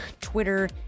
Twitter